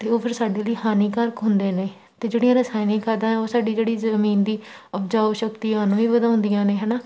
ਅਤੇ ਉਹ ਫਿਰ ਸਾਡੇ ਲਈ ਹਾਨੀਕਾਰਕ ਹੁੰਦੇ ਨੇ ਅਤੇ ਜਿਹੜੀਆਂ ਰਸਾਇਣਿਕ ਖਾਦਾਂ ਉਹ ਸਾਡੀ ਜਿਹੜੀ ਜ਼ਮੀਨ ਦੀ ਉਪਜਾਊ ਸ਼ਕਤੀ ਆ ਉਹਨੂੰ ਵੀ ਵਧਾਉਂਦੀਆਂ ਨੇ ਹੈ ਨਾ